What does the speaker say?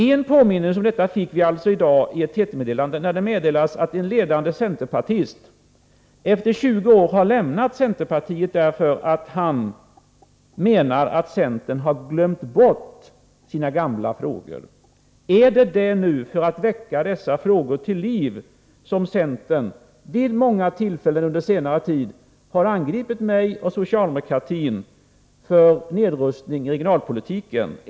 En påminnelse om detta fick vi alltså i dag från TT, som meddelade att en ledande centerpartist efter 20 år har lämnat centerpartiet därför att han menar att centern har glömt bort sina gamla frågor. Är det för att väcka dessa frågor till liv som centern vid många tillfällen under senare tid har angripit mig och socialdemokratin för nedrustning i regionalpolitiken?